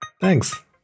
Thanks